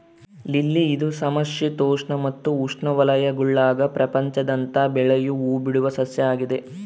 lily ಇದು ಸಮಶೀತೋಷ್ಣ ಮತ್ತು ಉಷ್ಣವಲಯಗುಳಾಗ ಪ್ರಪಂಚಾದ್ಯಂತ ಬೆಳಿಯೋ ಹೂಬಿಡುವ ಸಸ್ಯ ಆಗಿದೆ